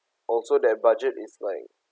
also there have budget is like